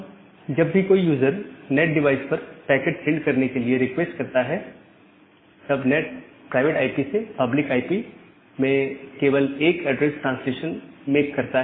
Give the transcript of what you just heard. जब भी कोई यूजर नैट डिवाइस पर पैकेट सेंड करने के लिए रिक्वेस्ट करता है तब नैट प्राइवेट आईपी से पब्लिक आईपी में केवल एक ऐड्रेस ट्रांसलेशन मेक करता है